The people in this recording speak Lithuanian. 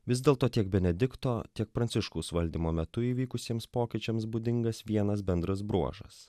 vis dėlto tiek benedikto tiek pranciškaus valdymo metu įvykusiems pokyčiams būdingas vienas bendras bruožas